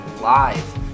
live